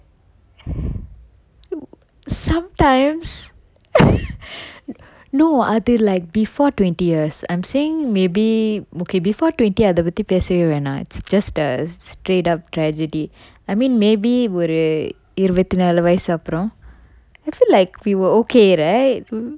sometimes no அது:athu like before twenty years I'm saying maybe okay before twenty அத பத்தி பேசவே வேணாம்:atha pathi pesave venam just a straight up tragedy I mean maybe ஒரு இருவத்தி நாலு வயசு அப்புறம்:oru iruvathi nalu vayasu appuram I feel like we were okay right